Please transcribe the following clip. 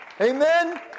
Amen